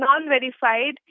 non-verified